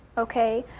ok?